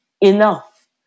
Enough